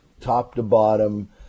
top-to-bottom